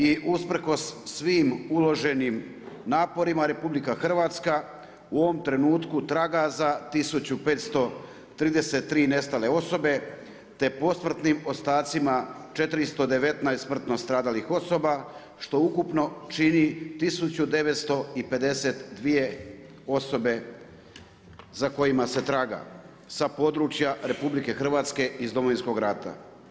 I usprkos svim uloženim naporima RH u ovom trenutku traga za 1533 nestale osobe te posmrtnim ostacima 419 smrtno stradalih osoba što ukupno čini 1952 osobe za kojima se traga sa područja RH iz Domovinskog rata.